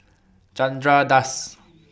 Chandra Das